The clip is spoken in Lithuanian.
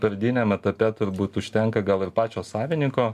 pradiniam etape turbūt užtenka gal ir pačio savininko